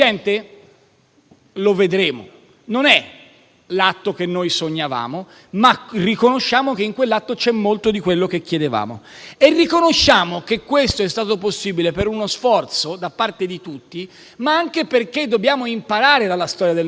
Lo vedremo. Non è l'atto che noi sognavamo, ma riconosciamo che in quell'atto c'è molto di quanto chiedevamo. E riconosciamo che questo è stato possibile per uno sforzo da parte di tutti, ma anche perché dobbiamo imparare dalla storia del nostro Paese.